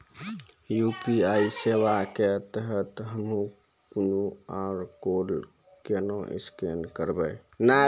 UPI सेवा के तहत हम्मय क्यू.आर कोड केना स्कैन करबै?